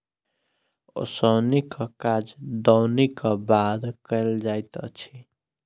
ओसौनीक काज दौनीक बाद कयल जाइत अछि